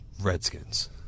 Redskins